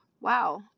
wow